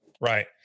Right